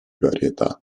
varietà